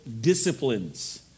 disciplines